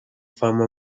fama